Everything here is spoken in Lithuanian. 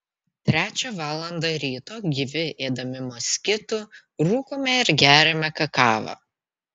trečią valandą ryto gyvi ėdami moskitų rūkome ir geriame kakavą